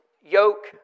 yoke